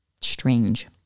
strange